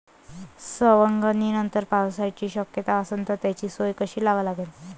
सवंगनीनंतर पावसाची शक्यता असन त त्याची सोय कशी लावा लागन?